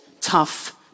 tough